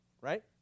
Right